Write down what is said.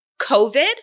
COVID